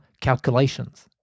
calculations